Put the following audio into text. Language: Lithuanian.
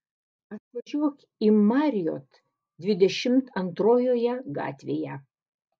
atvažiuok į marriott dvidešimt antrojoje gatvėje